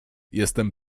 jestem